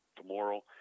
tomorrow